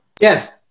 Yes